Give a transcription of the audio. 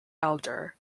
elder